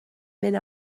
mynd